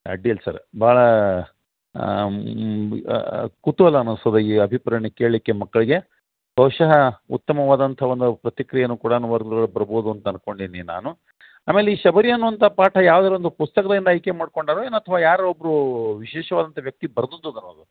ಅಡ್ಡಿಲ್ಲ ಸರ ಭಾಳ ಕುತೂಹಲ ಅನಿಸ್ತದೆ ಈ ಅಭಿಪ್ರೇರಣೆ ಕೇಳಲಿಕ್ಕೆ ಮಕ್ಳಿಗೆ ಬಹುಶಃ ಉತ್ತಮವಾದಂಥ ಒಂದು ಪ್ರತಿಕ್ರಿಯೆಯೂ ಕೂಡ ಒರ್ಲು ಬರಬೌದು ಅಂತ ಅಂದ್ಕೊಂಡೀನಿ ನಾನು ಆಮೇಲೆ ಈ ಶಬರಿ ಅನ್ನುವಂಥ ಪಾಠ ಯಾವ್ದಾರು ಒಂದು ಪುಸ್ತಕದಿಂದ ಆಯ್ಕೆ ಮಾಡಿಕೊಂಡರೋ ಏನು ಅಥವಾ ಯಾರು ಒಬ್ರು ವಿಶೇಷವಾದಂಥ ವ್ಯಕ್ತಿ ಬರ್ದದ್ದಿದೆಯೋ ಅದು